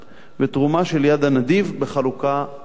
ותרומה של "יד הנדיב", בחלוקה שווה.